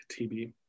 TB